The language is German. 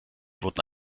wurden